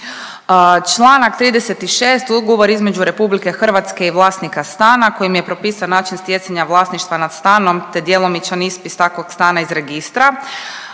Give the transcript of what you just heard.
Čl. 36., ugovor između RH i vlasnika stana kojim je propisan način stjecanja vlasništva nad stanom, te djelomičan ispis takvog stana iz registra.